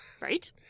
Right